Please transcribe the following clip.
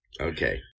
Okay